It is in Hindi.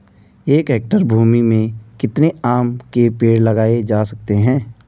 एक हेक्टेयर भूमि में कितने आम के पेड़ लगाए जा सकते हैं?